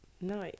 no